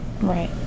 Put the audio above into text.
Right